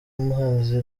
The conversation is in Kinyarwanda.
muhazi